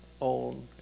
own